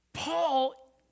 Paul